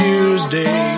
Tuesday